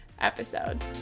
episode